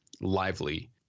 lively